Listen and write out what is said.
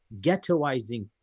ghettoizing